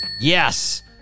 Yes